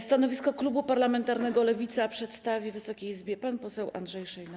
Stanowisko klubu parlamentarnego Lewica przedstawi Wysokiej Izbie pan poseł Andrzej Szejna.